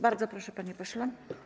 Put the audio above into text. Bardzo proszę, panie pośle.